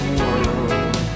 world